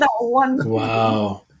Wow